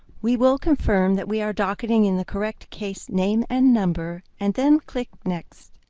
we will confirm that we are docketing in the correct case name and number, and then click next.